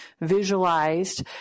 visualized